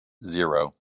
zero